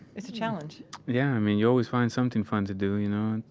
it's a challenge yeah. i mean, you always find something fun to do, you know?